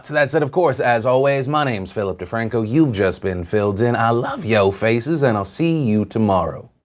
that said, of course, as always, my name's philip defranco you've just been phil'd in i love yo faces and i'll see you tomorrow